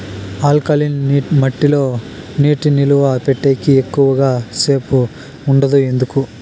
alkaline మట్టి లో నీటి నిలువ పెట్టేకి ఎక్కువగా సేపు ఉండదు ఎందుకు